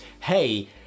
hey